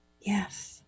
Yes